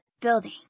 building